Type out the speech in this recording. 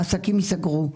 והעסקים האלה פשוט ייסגרו.